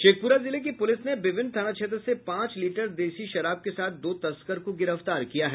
शेखप्रा जिले की पुलिस ने विभिन्न थाना क्षेत्र से पांच लीटर देशी शराब के साथ दो तस्कर को गिरफ्तार किया है